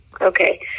Okay